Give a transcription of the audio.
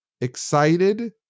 excited